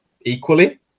equally